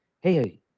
hey